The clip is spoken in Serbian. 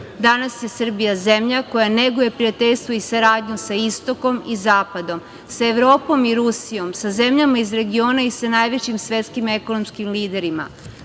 Danas je Srbija zemlja koja neguje prijateljstvo i saradnju sa istokom i zapadom, sa Evropom i Rusijom, sa zemljama iz regiona i sa najvećim svetskim ekonomskim liderima.